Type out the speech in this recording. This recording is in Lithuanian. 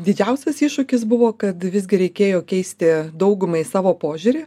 didžiausias iššūkis buvo kad visgi reikėjo keisti daugumai savo požiūrį